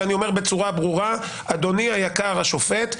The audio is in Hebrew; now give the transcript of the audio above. ואני אומר בצורה ברורה: אדוני היקר השופט,